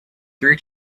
three